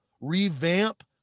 revamp